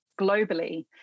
globally